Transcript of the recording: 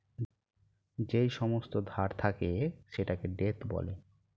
যেই সমস্ত ধার থাকে সেটাকে ডেট বলে